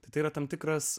tai yra tam tikras